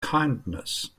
kindness